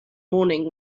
morning